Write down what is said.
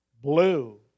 Blue